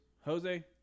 Jose